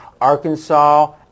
arkansas